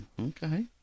Okay